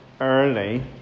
early